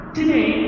today